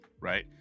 Right